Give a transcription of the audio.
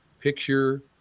Picture